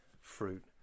fruit